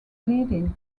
bleeding